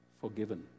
Forgiven